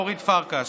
אורית פרקש.